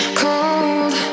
cold